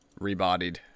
rebodied